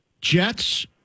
Jets